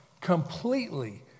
completely